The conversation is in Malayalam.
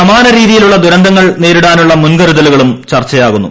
സമാനരീതി യിലുള്ള ദുരന്തങ്ങൾ നേരിടാനുള്ള മുൻകരുതലുകളും ചർച്ചയാകുന്നു